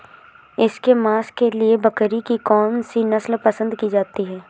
इसके मांस के लिए बकरी की कौन सी नस्ल पसंद की जाती है?